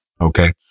Okay